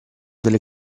delle